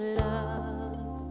love